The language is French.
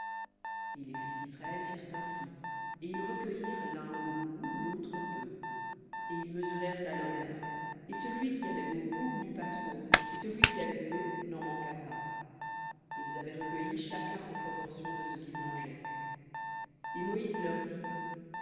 et les fils d'israël firent ainsi et ils recueillirent l'un beaucoup l'autre peu et ils mesurèrent à l'omer et celui qui avait beaucoup n'eut pas trop et celui qui avait peu n'en manqua pas ils avaient recueilli chacun en proportion de ce qu'il mangeait et moïse leur dit